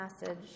message